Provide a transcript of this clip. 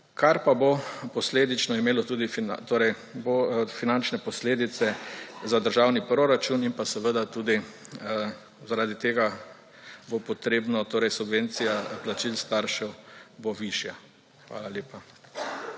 kar pa bo posledično imelo tudi, torej bo finančne posledice za državni proračun in pa seveda tudi zaradi tega bo potrebno, torej subvencija plačil staršev bo višja. Hvala lepa.